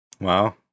Wow